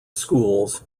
schools